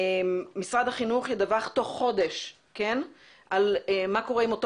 משרד החינוך ידווח תוך חודש על מה קורה עם אותו